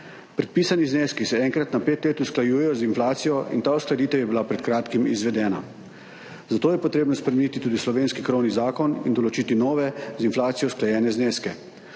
Predpisani zneski se enkrat na pet let usklajujejo z inflacijo in ta uskladitev je bila pred kratkim izvedena. Zato je potrebno spremeniti tudi slovenski krovni zakon in določiti nove, z inflacijo usklajene zneske.